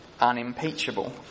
unimpeachable